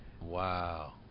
Wow